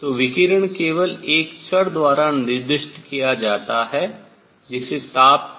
तो विकिरण केवल एक चर द्वारा निर्दिष्ट किया जाता है जिसे ताप T कहा जाता है